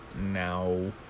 now